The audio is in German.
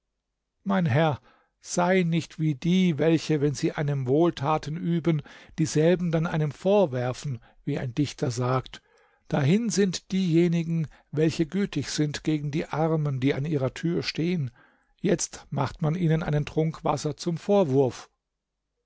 mein herr sei nicht wie die welche wenn sie einem wohltaten üben dieselben dann einem vorwerfen wie ein dichter sagt dahin sind diejenigen weiche gütig sind gegen die armen die an ihrer tür stehen jetzt macht man ihnen einen trunk wasser zum vorwurf